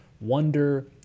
wonder